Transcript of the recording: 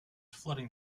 flooding